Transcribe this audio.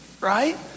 right